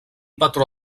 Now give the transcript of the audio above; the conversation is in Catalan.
patró